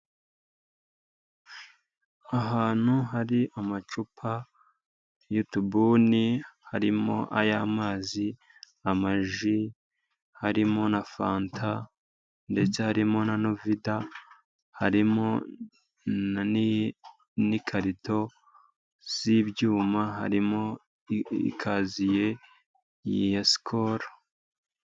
Ahantu hari amacupa y'utubuni harimo ay'amazi, amaji, harimo na fanta ndetse harimo na novida, harimo n'ikarito z'ibyuma harimo ikaziye ya sikolu...